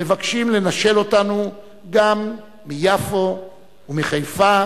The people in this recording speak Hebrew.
מבקשים לנשל אותנו גם מיפו ומחיפה,